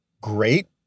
great